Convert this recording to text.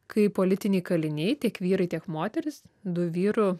kai politiniai kaliniai tiek vyrai tiek moterys du vyrų